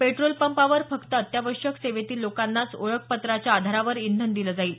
petrol पंपावर फक्त अत्यावश्यक सेवेतील लोकांनाच ओळखपत्राच्या आधारावर इंधन दिलं जाईल